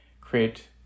create